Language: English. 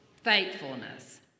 faithfulness